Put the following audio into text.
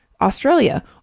Australia